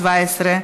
התשע"ז 2017,